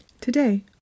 Today